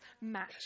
match